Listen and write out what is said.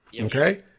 okay